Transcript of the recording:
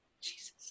Jesus